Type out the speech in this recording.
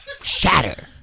shatter